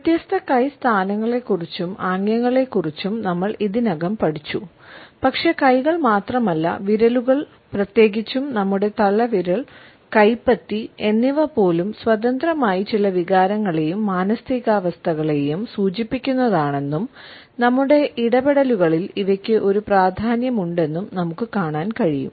വ്യത്യസ്ത കൈ സ്ഥാനങ്ങളെക്കുറിച്ചും ആംഗ്യങ്ങളെക്കുറിച്ചും നമ്മൾ ഇതിനകം പഠിച്ചു പക്ഷേ കൈകൾ മാത്രമല്ല വിരലുകൾ പ്രത്യേകിച്ചും നമ്മുടെ തള്ളവിരൽ കൈപ്പത്തി എന്നിവ പോലും സ്വതന്ത്രമായി ചില വികാരങ്ങളെയും മാനസികാവസ്ഥകളെയും സൂചിപ്പിക്കുന്നതാണെന്നും നമ്മുടെ ഇടപെടലുകളിൽ ഇവയ്ക്ക് ഒരു പ്രാധാന്യമുണ്ടെന്നും നമുക്ക് കാണാൻ കഴിയും